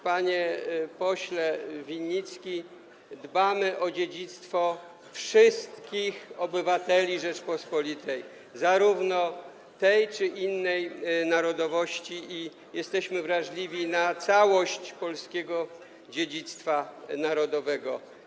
Panie pośle Winnicki, dbamy o dziedzictwo wszystkich obywateli Rzeczypospolitej, tej czy innej narodowości, i jesteśmy wrażliwi na całość polskiego dziedzictwa narodowego.